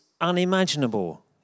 unimaginable